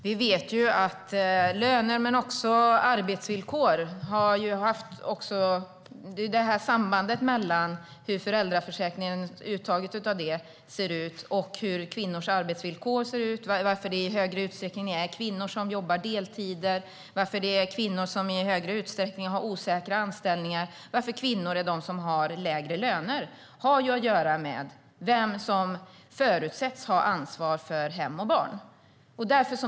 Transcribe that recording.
Vi vet att löner men också arbetsvillkor har samband med hur uttaget av föräldraförsäkringen ser ut. Det handlar om kvinnors arbetsvillkor, varför det i högre utsträckning är kvinnor som jobbar deltider, varför det är kvinnor som i högre utsträckning har osäkra anställningar och varför kvinnor är de som har lägre löner. Det har att göra med vem som förutsätts ha ansvar för hem och barn.